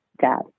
dad